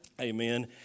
Amen